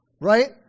right